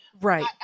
right